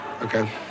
Okay